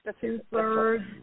two-thirds